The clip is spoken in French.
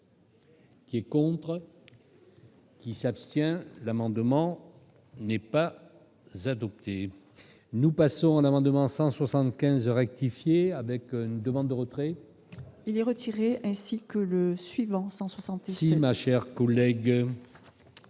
Qui est contre. Qui s'abstient l'amendement n'est pas adopté, nous passons en devant 175 rectifier avec une demande de retrait et ainsi que le suivant : 160 ma chère collègue.